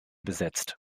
besetzt